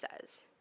says